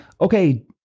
okay